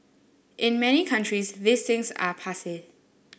in many countries these things are passe